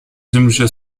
semplice